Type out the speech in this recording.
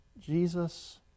Jesus